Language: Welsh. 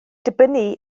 dibynnu